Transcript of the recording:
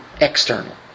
external